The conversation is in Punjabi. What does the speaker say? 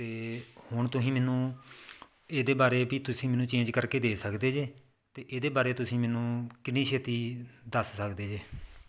ਅਤੇ ਹੁਣ ਤੁਸੀਂ ਮੈਨੂੰ ਇਹਦੇ ਬਾਰੇ ਵੀ ਤੁਸੀਂ ਮੈਨੂੰ ਚੇਂਜ ਕਰਕੇ ਦੇ ਸਕਦੇ ਜੇ ਅਤੇ ਇਹਦੇ ਬਾਰੇ ਤੁਸੀਂ ਮੈਨੂੰ ਕਿੰਨੀ ਛੇਤੀ ਦੱਸ ਸਕਦੇ ਜੇ